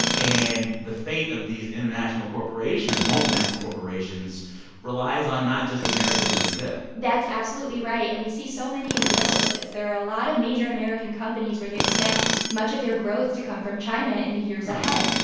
and the fate of these international corporations, multinational corporations relies on not just america doing good that's absolutely right. and we see so many examples of this. there are a lot of major american companies where they expect much of their growth to come from china in the years ahead.